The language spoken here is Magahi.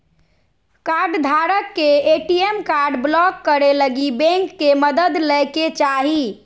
कार्डधारक के ए.टी.एम कार्ड ब्लाक करे लगी बैंक के मदद लय के चाही